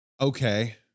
Okay